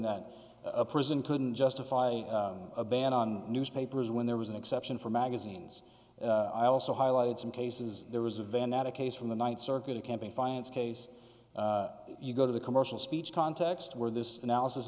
that a person couldn't justify a ban on newspapers when there was an exception for magazines i also highlighted some cases there was a van natta case from the ninth circuit a campaign finance case you go to the commercial speech context where this analysis